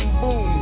boom